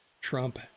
Trump